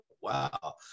wow